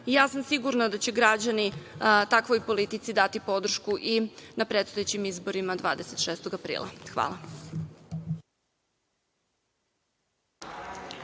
sveta. Sigurna sam da će građani takvoj politici dati podršku i na predstojećim izborima 26. aprila. Hvala.